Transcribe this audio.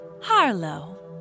Harlow